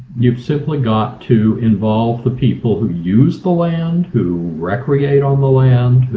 you've simply got to involve the people who use the land. who recreate on the land.